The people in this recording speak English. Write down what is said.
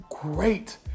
Great